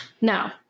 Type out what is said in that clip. now